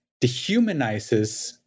dehumanizes